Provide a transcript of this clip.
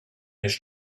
his